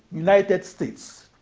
united states.